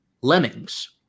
lemmings